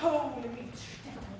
oh yeah